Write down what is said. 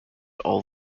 all